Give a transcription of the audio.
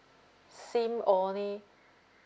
sim only